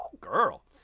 girl